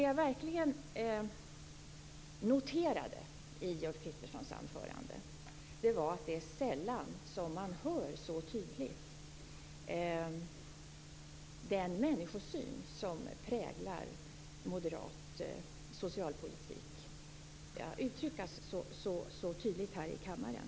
Jag noterade också i Ulf Kristerssons anförande att det är sällan som man hör den människosyn som präglar moderat socialpolitik uttryckas så tydligt här i kammaren.